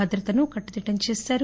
భద్రతను కట్టుదిట్టం చేశారు